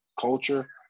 culture